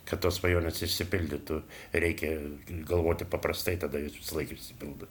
kad tos svajonės išsipildytų reikia galvoti paprastai tada jos visą laiką išsipildo